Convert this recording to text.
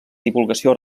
divulgació